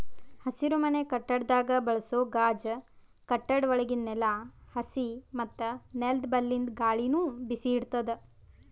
ಹಸಿರುಮನೆ ಕಟ್ಟಡದಾಗ್ ಬಳಸೋ ಗಾಜ್ ಕಟ್ಟಡ ಒಳಗಿಂದ್ ನೆಲ, ಸಸಿ ಮತ್ತ್ ನೆಲ್ದ ಬಲ್ಲಿಂದ್ ಗಾಳಿನು ಬಿಸಿ ಇಡ್ತದ್